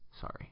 Sorry